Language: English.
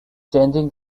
changing